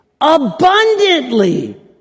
abundantly